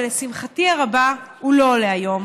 ולשמחתי הרבה הוא לא עולה היום,